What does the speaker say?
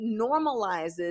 normalizes